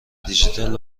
دیجیتال